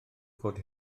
fod